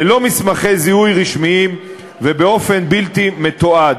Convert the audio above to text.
ללא מסמכי זיהוי רשמיים ובאופן בלתי מתועד.